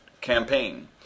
campaign